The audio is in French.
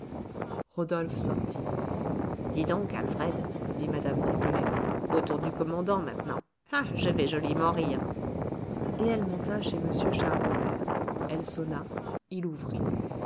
rodolphe sortit dis donc alfred dit mme pipelet au tour du commandant maintenant je vais joliment rire et elle monta chez m charles robert elle sonna il ouvrit